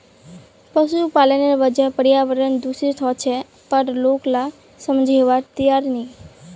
पशुपालनेर वजह पर्यावरण दूषित ह छेक पर लोग ला समझवार तैयार नी